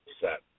set